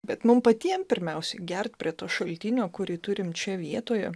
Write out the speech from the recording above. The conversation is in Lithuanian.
bet mum patiem pirmiausia gert prie to šaltinio kurį turim čia vietoje